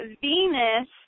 Venus